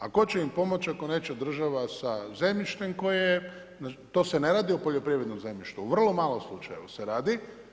A tko će im pomoći ako neće država sa zemljištem koje je, to se ne radi o poljoprivrednom zemljištu, u vrlo malo slučajeva se radi.